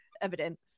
evident